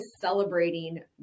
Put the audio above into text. celebrating